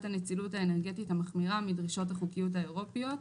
הנצילות האנרגטית המחמירה מדרישות החוקיות האירופיות.